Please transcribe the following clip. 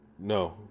No